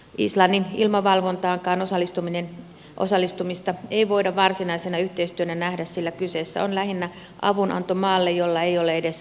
islannin ilmavalvontaankaan osallistumista ei voida varsinaisena yhteistyönä nähdä sillä kyseessä on lähinnä avunanto maalle jolla ei ole edes omaa armeijaa